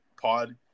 pod